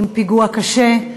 עם פיגוע קשה,